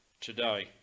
today